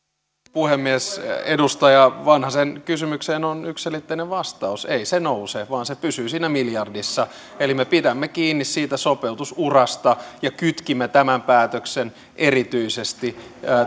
puhemies edustaja vanhasen kysymykseen on yksiselitteinen vastaus ei se nouse vaan se pysyy siinä miljardissa eli me pidämme kiinni siitä sopeutusurasta ja kytkimme tämän päätöksen erityisesti